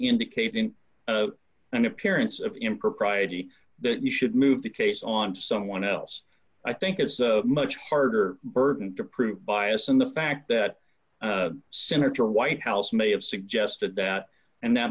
indicate in an appearance of impropriety that you should move the case on to someone else i think it's a much harder burden to prove bias and the fact that senator whitehouse may have suggested that and that